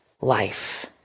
life